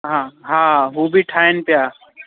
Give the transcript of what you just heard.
हा हा हू बि ठाहिनि पिया